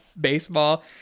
baseball